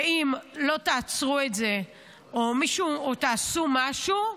ואם לא תעצרו את זה או תעשו משהו,